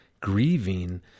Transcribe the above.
grieving